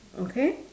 okay